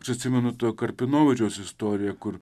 aš atsimenu to karpinovičiaus istoriją kur